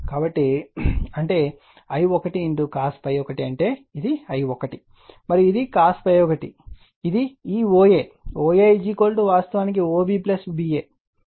కాబట్టి అంటే I1 cos ∅1 అంటే ఇది I1 మరియు ఇది cos ∅1 అని పిలుస్తారు ఇది ఈ OA OA వాస్తవానికి OB BA